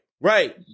Right